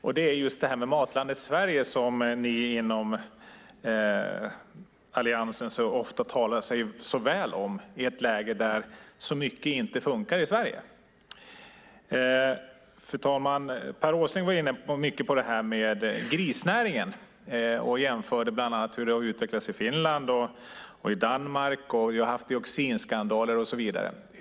Det gäller just Matlandet Sverige, som ni i Alliansen så ofta talar så väl om i ett läge där det finns så mycket som inte funkar i Sverige. Fru talman! Per Åsling var inne mycket på grisnäringen. Han jämförde bland annat hur den har utvecklats i Finland och Danmark. Han talade om dioxinskandaler och så vidare.